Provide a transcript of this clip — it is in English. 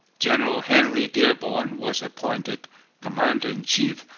general henry dearborn was appointed commander-in-chief,